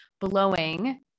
blowing